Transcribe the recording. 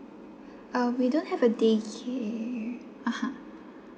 uh we don't have a daycare (uh huh)